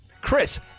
Chris